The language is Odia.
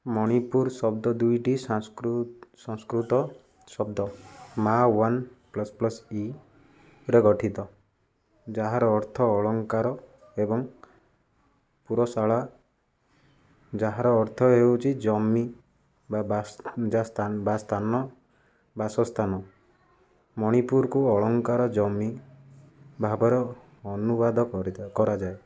ମଣିପୁର ଶବ୍ଦ ଦୁଇଟି ସାଂସ୍କୃ ସଂସ୍କୃତ ଶବ୍ଦ ମା ୱାନ୍ ପ୍ଲସ ପ୍ଲସ୍ ଇରେ ଗଠିତ ଯାହାର ଅର୍ଥ ଅଳଙ୍କାର ଏବଂ ପୁରଶାଳା ଯାହାର ଅର୍ଥ ହେଉଛି ଜମି ବା ବାସ ଯା ସ୍ଥା ବା ସ୍ଥାନ ବାସସ୍ଥାନ ମଣିପୁରକୁ ଅଳଙ୍କାର ଜମି ଭାବର ଅନୁବାଦ କରିଥାଏ କରାଯାଏ